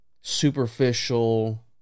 superficial